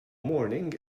morning